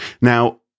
Now